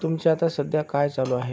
तुमचे आता सध्या काय चालू आहे